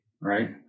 right